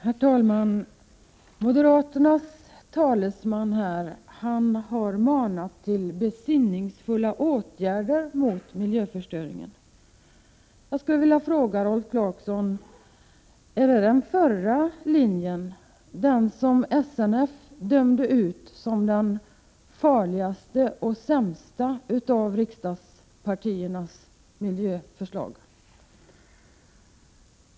Herr talman! Moderaternas talesman har manat till besinningsfulla åtgärder mot miljöförstöringen. Jag skulle vilja fråga Rolf Clarkson: Är det den förra linjen, som SNF dömde ut som det farligaste och det sämsta av riksdagspartiernas miljöförslag?